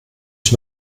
ich